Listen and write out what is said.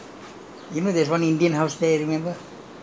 along the he will stay along the dunearn road